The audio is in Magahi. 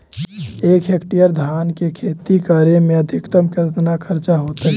एक हेक्टेयर धान के खेती करे में अधिकतम केतना खर्चा होतइ?